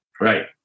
Right